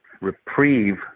reprieve